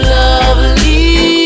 lovely